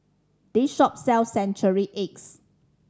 this shop sells century eggs